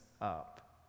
up